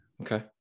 Okay